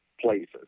places